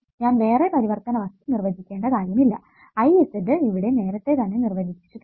ഞാൻ വേറെ പരിവർത്തിതവസ്തു നിർവചിക്കേണ്ട കാര്യം ഇല്ല Iz ഇവിടെ നേരത്തെ തന്നെ നിർവചിച്ചിട്ടുണ്ട്